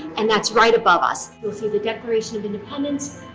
and that's right above us. you'll see the declaration of independence,